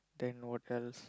then what else